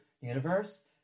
universe